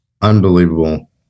unbelievable